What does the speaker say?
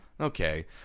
Okay